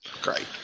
Great